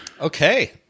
Okay